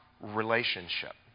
Relationship